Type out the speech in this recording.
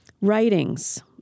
Writings